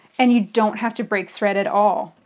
and you don't have to break thread at all.